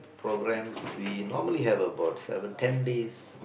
programmes we normally have about seven ten days